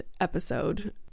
episode